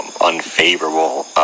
unfavorable